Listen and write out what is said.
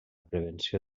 prevenció